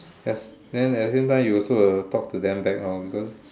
just then at the same time you also will talk to them back hor because